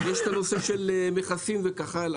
יש את הנושא של מכסים וכך הלאה,